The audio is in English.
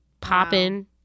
popping